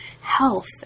health